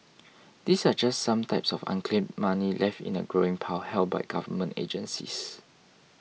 these are just some types of unclaimed money left in a growing pile held by government agencies